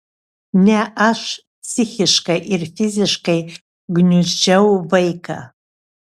ne aš psichiškai ir fiziškai gniuždžiau vaiką